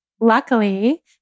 luckily